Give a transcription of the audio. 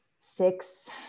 six